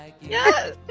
yes